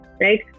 right